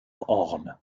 horn